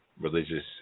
religious